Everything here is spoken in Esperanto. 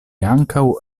ankaŭ